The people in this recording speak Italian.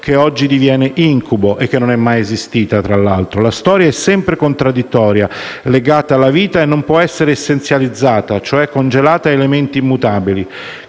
che oggi diviene incubo e che, tra l'altro, non è mai esistita. La storia è sempre contraddittoria, legata alla vita e non può essere essenzializzata, cioè congelata a elementi immutabili.